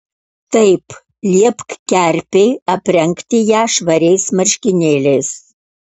taip liepk kerpei aprengti ją švariais marškinėliais